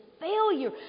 failure